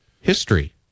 history